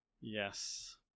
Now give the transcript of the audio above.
Yes